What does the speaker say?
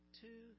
two